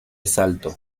salto